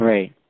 Right